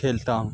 کھیلتا ہوں